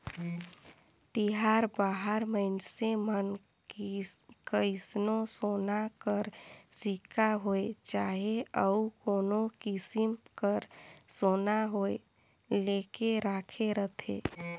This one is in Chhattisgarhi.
तिहार बार मइनसे मन कइसनो सोना कर सिक्का होए चहे अउ कोनो किसिम कर सोना होए लेके राखे रहथें